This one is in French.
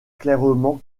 clairement